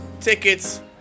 tickets